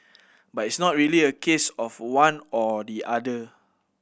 but it's not really a case of one or the other